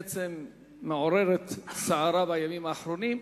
שמעוררת סערה בימים האחרונים.